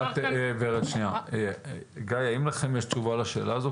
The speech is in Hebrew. גיא, האם לכם יש תשובה לשאלה הזאת?